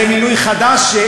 זה מינוי חדש.